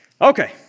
Okay